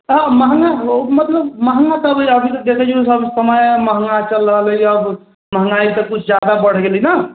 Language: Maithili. हाँ महगा ओ मतलब महगा तऽ देखैएमे सब समय महगा चलि रहलै अब महगाइ तऽ किछु ज्यादा बढ़ि गेलै ने